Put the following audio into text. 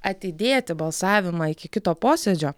atidėti balsavimą iki kito posėdžio